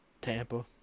Tampa